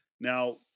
Now